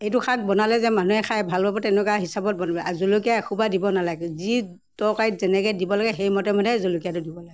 এইটো শাক বনালে যে মানুহে খাই ভাল পাব তেনেকুৱা হিচাপত বনাব লাগে আৰু জলকীয়া এসোপা দিব নালাগে যি তৰকাৰীত যেনেকৈ দিব লাগে সেই মতে মতে জলকীয়াটো দিব লাগে